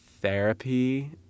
therapy